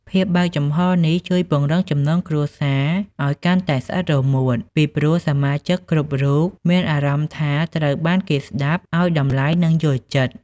ភាពបើកចំហរនេះជួយ ពង្រឹងចំណងគ្រួសារឲ្យកាន់តែស្អិតរមួត ពីព្រោះសមាជិកគ្រប់រូបមានអារម្មណ៍ថាត្រូវបានគេស្ដាប់ ឲ្យតម្លៃ និងយល់ចិត្ត។